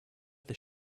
this